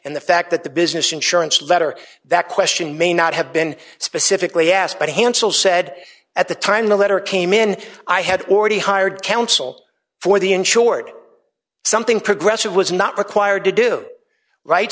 and the fact that the business insurance letter that question may not have been specifically asked but hansel said at the time the letter came in i had already hired counsel for the in short something progressive was not required to do right